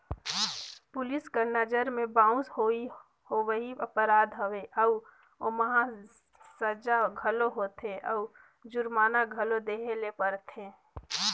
police कर नंजर में बाउंस होवई अपराध हवे अउ ओम्हां सजा घलो होथे अउ जुरमाना घलो देहे ले परथे